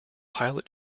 pilot